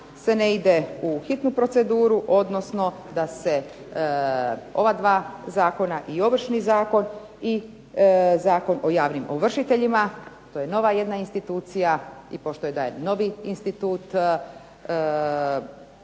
se ne ide u hitnu proceduru, odnosno da se ova dva zakona i Ovršni zakon i Zakon o javnim ovršiteljima, to je nova jedna institucija i pošto je taj novi institut